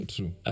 True